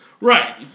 Right